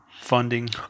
funding